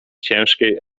ciężkiej